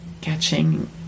catching